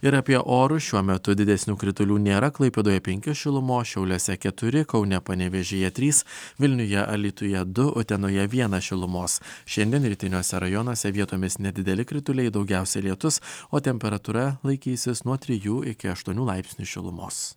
ir apie orus šiuo metu didesnių kritulių nėra klaipėdoje penki šilumos šiauliuose keturi kaune panevėžyje trys vilniuje alytuje du utenoje vienas šilumos šiandien rytiniuose rajonuose vietomis nedideli krituliai daugiausia lietus o temperatūra laikysis nuo trijų iki aštuonių laipsnių šilumos